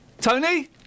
Tony